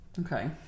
Okay